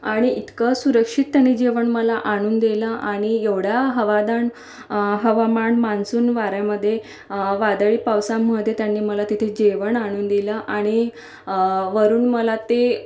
आणि इतकं सुरक्षित त्याने जेवण मला आणून दिलं आणि एवढ्या हवादान हवामान मान्सून वाऱ्यामध्ये वादळी पावसामधे त्यांनी मला तिथे जेवण आणून दिलं आणि वरून मला ते